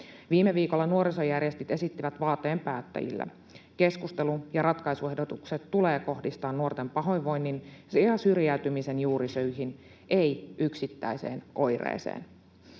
Viime viikolla nuorisojärjestöt esittivät päättäjille vaateen: keskustelu ja ratkaisuehdotukset tulee kohdistaa nuorten pahoinvoinnin ja syrjäytymisen juurisyihin, ei yksittäiseen oireeseen.